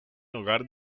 hogar